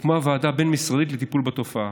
הוקמה ועדה בין-משרדית לטיפול בתופעה.